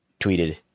tweeted